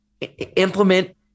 implement